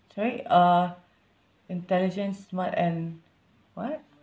sorry uh intelligent smart and what